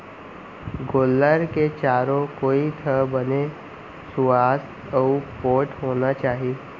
गोल्लर के चारों कोइत ह बने सुवास्थ अउ पोठ होना चाही